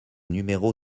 numéro